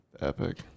epic